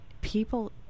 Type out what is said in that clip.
people